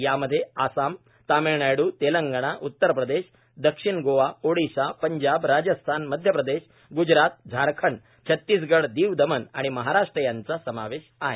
यामध्ये आसाम तामिळनाडू तेलंगणा उत्तर प्रदेश दक्षिण गोवा ओडिशा पंजाब राजस्थान मध्य प्रदेश ग्जरात झारखंड छतीसगड दिव दमण आणि महाराष्ट्र यांचा समावेश आहे